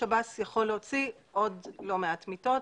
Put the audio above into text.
שב"ס יכול להוציא עוד לא מעט מיטות,